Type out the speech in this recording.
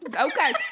Okay